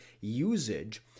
usage